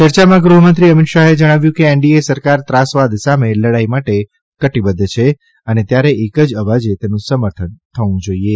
ચર્ચામાં ગૃહમંત્રી અમીત શાહે જણાવ્યું કે એનડીએ સરકાર ત્રાસવાદ સામે લડાઇ માટે કટિબદ્ધ છે અને ત્યારે એક જ અવાજે તેનું સમર્થન થવું જાઇએ